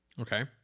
Okay